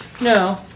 No